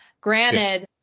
Granted